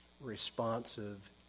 responsive